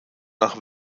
nach